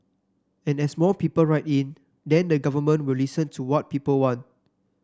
and as more people write in then the government will listen to what people want